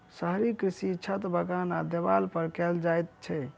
शहरी कृषि छत, बगान आ देबाल पर कयल जाइत छै